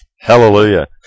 Hallelujah